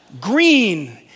Green